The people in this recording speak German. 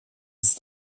ist